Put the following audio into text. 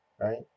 Right